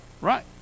Right